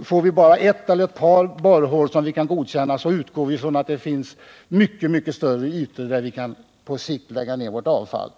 att får vi bara ett eller ett par borrhål som vi kan godkänna utgår vi från att det finns mycket större ytor där vi på sikt kan lägga ned vårt avfall.